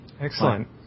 excellent